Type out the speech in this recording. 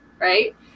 right